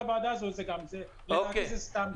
כל הוועדה הזאת, לדעתי, זה סתם.